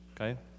okay